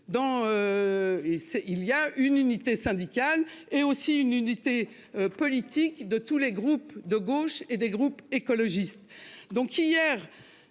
il y a une unité syndicale et aussi une unité politique de tous les groupes de gauche et des groupes écologistes